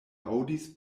aŭdis